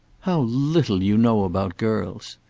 how little you know about girls!